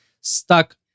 stuck